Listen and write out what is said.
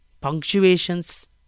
punctuations